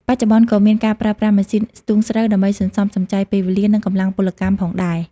បច្ចុប្បន្ន ក៏មានការប្រើប្រាស់ម៉ាស៊ីនស្ទូងស្រូវ ដើម្បីសន្សំសំចៃពេលវេលា និងកម្លាំងពលកម្មផងដែរ។